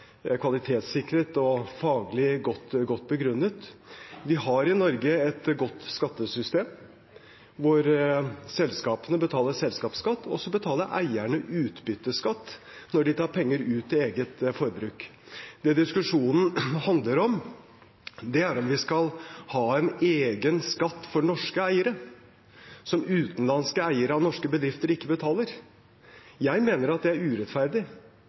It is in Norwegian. kvalitetssikret og faglig godt begrunnet. Vi har et godt skattesystem i Norge, hvor selskapene betaler selskapsskatt, og så betaler eierne utbytteskatt når de tar ut penger til eget forbruk. Det diskusjonen handler om, er om vi skal ha en egen skatt for norske eiere, som utenlandske eiere av norske bedrifter ikke betaler. Jeg mener at det er urettferdig.